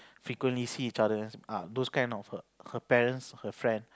frequently see each other ah those kind of her her parents her friend